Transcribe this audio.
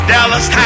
Dallas